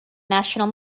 national